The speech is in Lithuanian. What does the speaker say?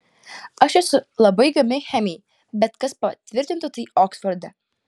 aš esu labai gabi chemijai bet kas patvirtintų tai oksforde